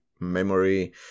memory